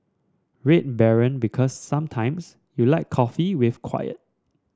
Red Baron Because sometimes you like coffee with quiet